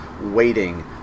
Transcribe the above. waiting